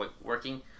working